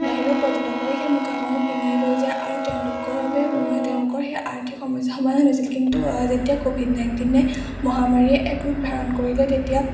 বাহিৰৰ পৰ্যটকসকলে সেই মুখাসমূহ কিনি লৈ যায় আৰু তেওঁলোকৰ বাবে তেওঁলোকৰ সেই আৰ্থিক সমস্যা সমাধান হৈছিল কিন্তু যেতিয়া ক'ভিড নাইণ্টিনে মহামাৰীয়ে এক ৰূপ ধাৰণ কৰিলে তেতিয়া